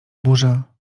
burza